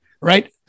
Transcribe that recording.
right